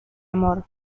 amor